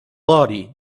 body